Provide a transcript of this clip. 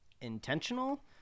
intentional